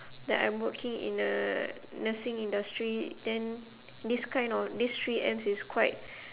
that I'm working in a nursing industry then this kind of these three Ms is quite